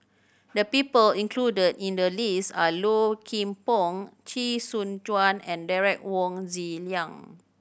the people included in the list are Low Kim Pong Chee Soon Juan and Derek Wong Zi Liang